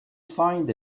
find